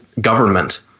government